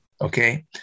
Okay